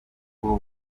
ubu